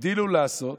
הגדילו לעשות